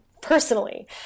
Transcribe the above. personally